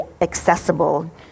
accessible